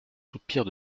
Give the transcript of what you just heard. soupirs